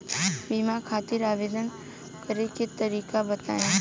बीमा खातिर आवेदन करे के तरीका बताई?